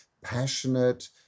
passionate